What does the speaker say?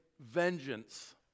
vengeance